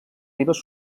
ribes